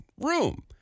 room